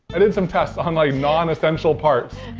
i did some tests on like non-essential parts.